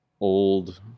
old